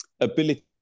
ability